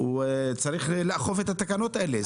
צריך לאכוף את התקנות האלה.